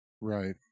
Right